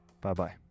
Bye-bye